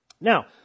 Now